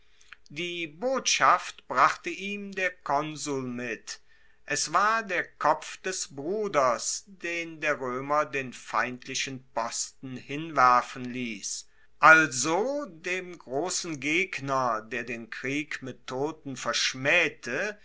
die botschaft brachte ihm der konsul mit es war der kopf des bruders den der roemer den feindlichen posten hinwerfen liess also dem grossen gegner der den krieg mit toten verschmaehte